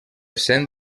cent